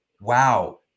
wow